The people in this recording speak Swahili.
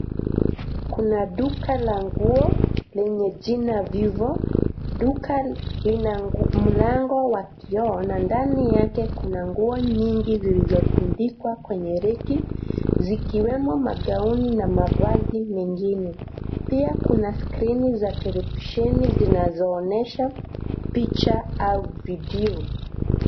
Kuna duka la nguo lenye jina Vivo. Duka lina mlango wa kioo na ndani yake kuna nguo nyingi zilizotundikwa kwenye reki zikiwemo magauni na mavazi mengine. pia kuna skrini za televisheni zinazoonyesha picha au video.